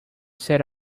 set